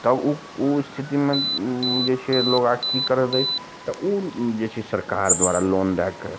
तब ओ स्थितिमे ओ जे छै लोग आब की करैत अछि तऽ ओ जे छै सरकार द्वारा लोन दऽ कऽ